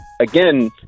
again